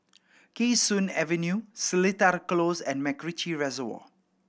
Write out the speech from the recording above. Kee Sun Avenue Seletar Close and MacRitchie Reservoir